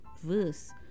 verse